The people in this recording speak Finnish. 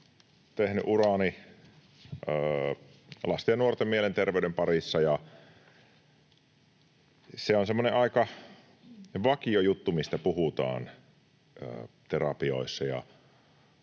tehnyt urani lasten ja nuorten mielenterveyden parissa, ja tämä on semmoinen aika vakiojuttu, mistä puhutaan terapioissa